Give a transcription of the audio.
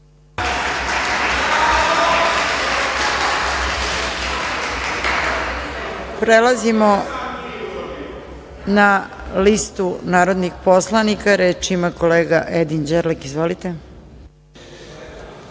Prelazimo na listu narodnih poslanika. Reč ima kolega Edin Đerlek. Izvolite.